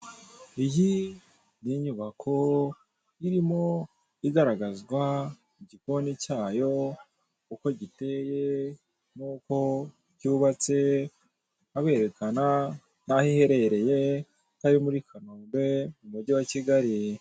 Iyi ni inyubako irimo igaragazwa igikoni cyayo uko giteye nuko cyubatse aberekana n'aho iherereye ko ari muri kanombe m'umujyi wa kigali.